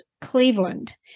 Cleveland